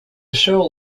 show